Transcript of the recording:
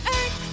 Earth